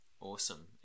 awesome